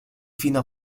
fino